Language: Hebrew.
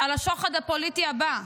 על השוחד הפוליטי הבא.